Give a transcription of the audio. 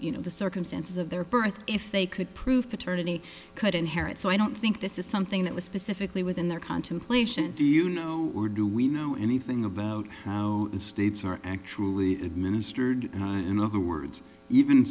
you know the circumstances of their birth if they could prove paternity could inherit so i don't think this is something that was specifically within their contemplation do you know or do we know anything about how the states are actually administered and in other words even